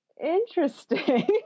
interesting